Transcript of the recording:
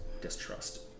distrust